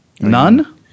None